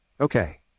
Okay